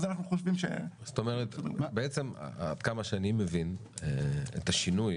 זאת אומרת עד כמה שאני מבין את השינוי